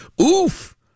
Oof